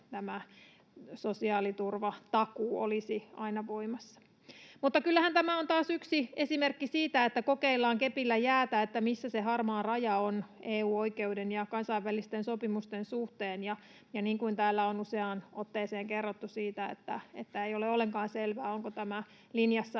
sosiaaliturvatakuu olisi aina voimassa. Kyllähän tämä on taas yksi esimerkki siitä, että kokeillaan kepillä jäätä, että missä se harmaa raja on EU-oikeuden ja kansainvälisten sopimusten suhteen. Ja niin kuin täällä on useaan otteeseen kerrottu, ei ole ollenkaan selvää, onko tämä linjassa